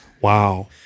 Wow